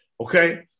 okay